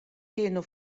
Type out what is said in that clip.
kienu